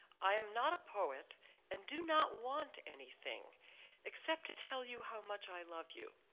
i am not a poet and do not want anything accept to tell you how much i love you,